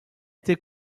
été